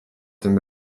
tym